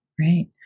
right